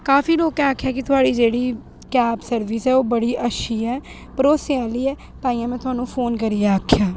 काफी लोकें आखेआ की थुआढ़ी जेह्ड़ी कैब सर्विस ऐ ओह् बड़ी अच्छी ऐ भरोसे आह्ली ऐ ताहियें में थाह्नूं फोन करियै आखेआ